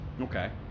Okay